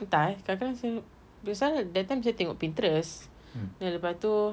entah eh kadang-kadang saya pasal that time saya tengok Pinterest then lepastu